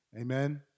Amen